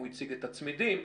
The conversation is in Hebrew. הוא הציג את הצמידים,